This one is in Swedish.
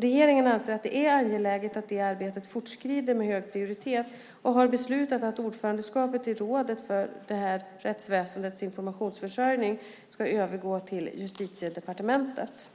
Regeringen anser det angeläget att detta arbete fortskrider med hög prioritet och har beslutat att ordförandeskapet i Rådet för rättsväsendets informationsförsörjning övergår till Justitiedepartementet.